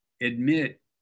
admit